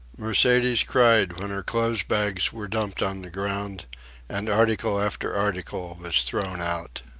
mercedes cried when her clothes-bags were dumped on the ground and article after article was thrown out.